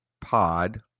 pod